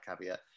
caveat